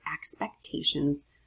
expectations